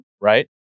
right